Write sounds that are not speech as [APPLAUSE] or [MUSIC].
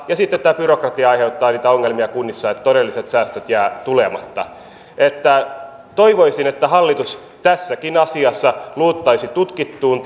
ja sitten tämä byrokratia aiheuttaa niitä ongelmia kunnissa että todelliset säästöt jäävät tulematta toivoisin että hallitus tässäkin asiassa luottaisi tutkittuun [UNINTELLIGIBLE]